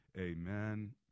amen